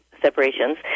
separations